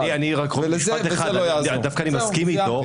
אני דווקא מסכים אתו.